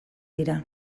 dira